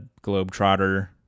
Globetrotter